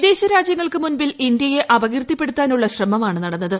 വിദേശ രാജ്യങ്ങൾക്ക് മുമ്പിൽ ഇന്ത്യയെ അപകീർത്തിപ്പെടുത്താനുള്ള ശ്രമമാണ് നടന്നത്